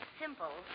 simple